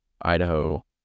Idaho